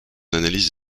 analyse